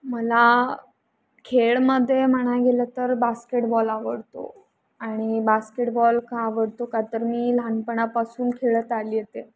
मला खेळामध्ये म्हणा गेलं तर बास्केटबॉल आवडतो आणि बास्केटबॉल का आवडतो का तर मी लहानपणापासून खेळत आली आहे ते